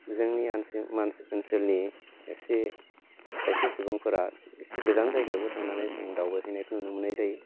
जोंनि ओनसोलनि खायसे सुबुंफोरा एसे गोजान जायगायावबो थांनानै जों दावबाय हैनायखौ नुनोमोननाय जायो